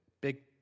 big